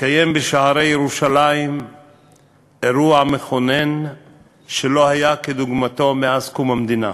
התקיים בשערי ירושלים אירוע מכונן שלא היה כדוגמתו מאז קום המדינה.